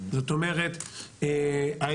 זאת אומרת האם,